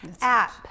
app